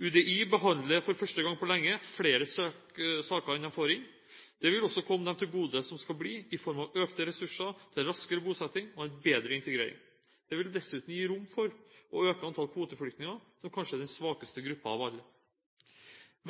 UDI behandler for første gang på lenge flere saker enn de får inn. Det vil også komme dem til gode som skal bli, i form av økte ressurser til raskere bosetting og en bedre integrering. Det vil dessuten gi rom for å øke antall kvoteflyktninger, som kanskje er den svakeste gruppen av alle.